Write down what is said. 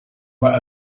were